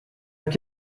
habt